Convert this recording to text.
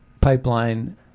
pipeline